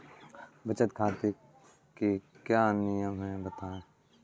बचत खाते के क्या नियम हैं बताएँ?